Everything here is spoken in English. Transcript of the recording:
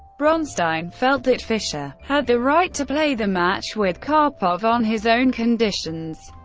bronstein felt that fischer had the right to play the match with karpov on his own conditions.